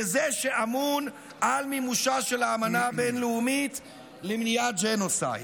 כזה שאמון על מימושה של האמנה הבין-לאומית למניעת ג'נוסייד.